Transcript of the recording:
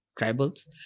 tribals